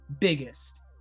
biggest